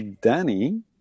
Danny